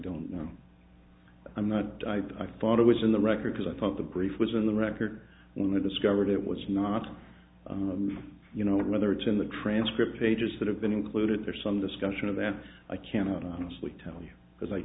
don't know i'm not i thought it was in the record because i thought the brief was in the record when we discovered it was not you know whether it's in the transcript pages that have been included there's some discussion of that i can't honestly tell you because i